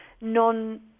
non